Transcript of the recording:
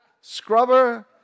scrubber